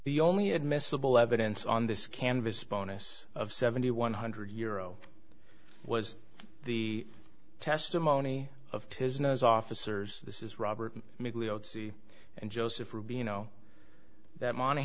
the only admissible evidence on this canvas bonus of seventy one hundred euro was the testimony of his nose officers this is robert and joseph rubino that mon